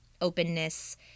openness